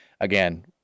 again